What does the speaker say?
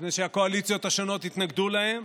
מפני שהקואליציות השונות התנגדו להן,